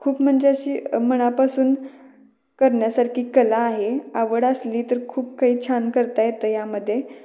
खूप म्हणजे अशी मनापासून करण्यासारखी कला आहे आवड असली तर खूप काही छान करता येतं यामध्ये